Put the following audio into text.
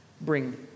bring